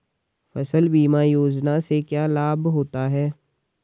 फसल बीमा योजना से क्या लाभ होता है?